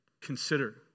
consider